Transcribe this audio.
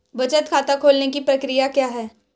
बचत खाता खोलने की प्रक्रिया क्या है?